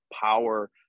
power